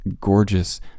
gorgeous